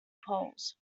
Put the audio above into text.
poles